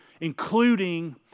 including